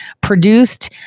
produced